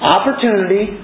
Opportunity